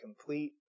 complete